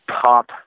pop